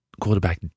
quarterback